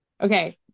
Okay